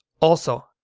also,